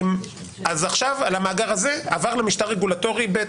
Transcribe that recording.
אז עכשיו על המאגר הזה עבר למשטר רגולטורי ב',